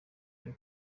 cyo